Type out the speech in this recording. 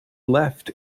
left